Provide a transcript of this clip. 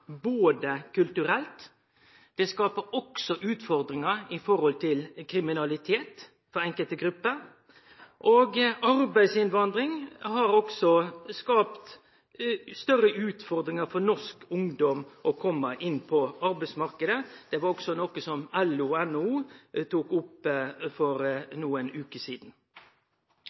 både kulturelt og i forhold til kriminalitet for enkelte grupper, og arbeidsinnvandring har også skapt større utfordringar for norsk ungdom med å komme inn på arbeidsmarknaden. Det var også noko som LO og NHO tok opp for